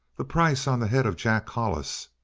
the price on the head of jack hollis.